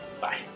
Bye